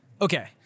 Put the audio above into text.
okay